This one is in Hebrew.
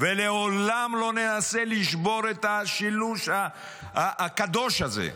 ולעולם לא ננסה לשבור את השילוש הקדוש הזה,